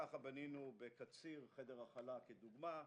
כך בנינו בקציר חדר הכלה כדוגמה.